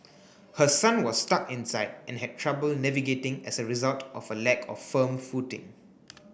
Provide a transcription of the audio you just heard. her son was stuck inside and had trouble navigating as a result of a lack of firm footing